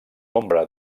nombre